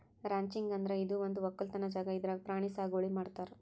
ranching ಅಂದ್ರ ಇದು ಒಂದ್ ವಕ್ಕಲತನ್ ಜಾಗಾ ಇದ್ರಾಗ್ ಪ್ರಾಣಿ ಸಾಗುವಳಿ ಮಾಡ್ತಾರ್